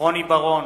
רוני בר-און,